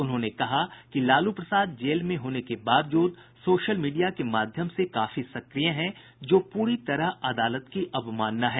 उन्होंने कहा कि लालू प्रसाद जेल में होने के बावजूद सोशल मीडिया के माध्यम से काफी सक्रिय हैं जो पूरी तरह अदालत की अवमानना है